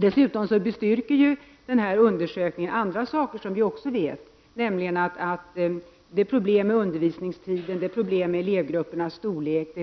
Dessutom bestyrker undersökningen andra saker som vi vet, nämligen att det är problem med undervisningstiden, med elevgruppernas storlek,